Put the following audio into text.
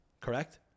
correct